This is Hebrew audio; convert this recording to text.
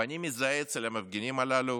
ואני מזהה אצל המפגינים הללו